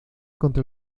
contra